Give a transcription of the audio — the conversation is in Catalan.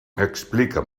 explica